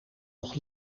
nog